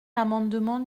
l’amendement